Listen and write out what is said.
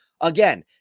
Again